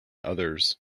others